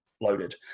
loaded